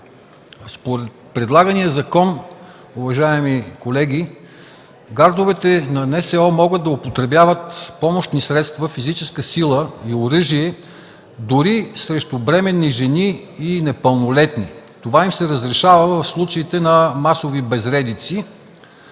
Според предлагания закон, уважаеми колеги, гардовете на НСО могат да употребяват помощни средства – физическа сила и оръжие, дори срещу бременни жени и непълнолетни. Това им се разрешава в случаите на масови безредици,